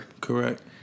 Correct